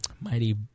mighty